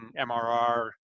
MRR